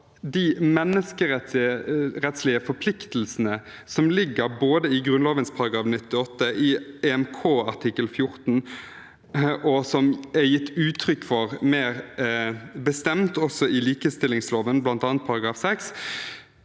de menneskerettslige forpliktelsene som ligger både i Grunnloven § 98, i EMK artikkel 14, og som er gitt uttrykk for mer bestemt også i likestillingsloven, bl.a. i § 6,